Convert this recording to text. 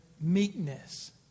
meekness